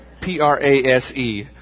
P-R-A-S-E